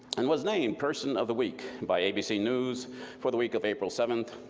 and was named person of the week by abc news for the week of april seventh,